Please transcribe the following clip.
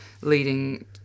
leading